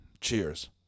Cheers